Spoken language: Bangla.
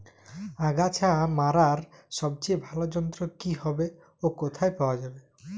আগাছা মারার সবচেয়ে ভালো যন্ত্র কি হবে ও কোথায় পাওয়া যাবে?